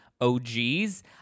OGs